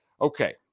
Okay